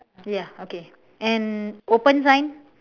ya okay and open sign